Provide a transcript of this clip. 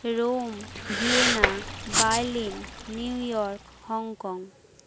Rome Vienna Berlin New York Hong Kong